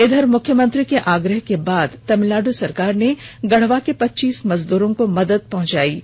इधर मुख्यमंत्री के आग्रह के बाद तमिलनाड सरकार ने गढ़वा के पच्चीस मजदूरों को मदद पहुंचाई गयी है